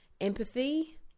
empathy